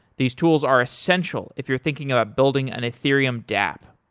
these tools are essential if you're thinking about building an ethereum dapp.